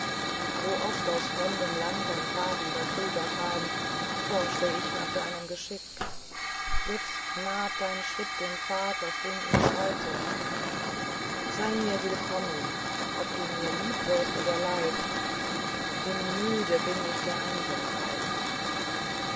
königsburg sooft aus fremdem lande ein fahrender krieger kam forschte ich nach deinem geschick jetzt naht dein schritt dem pfad auf dem ich schreite sei mir willkommen ob du mir lieb wirst oder leid denn müde bin ich der einsamkeit